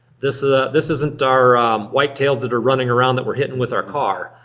this ah this isn't our whitetails that are running around that we're hitting with our car.